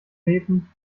beten